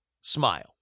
smile